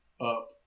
up